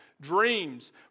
dreams